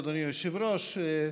אדוני היושב-ראש,